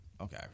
Okay